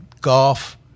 golf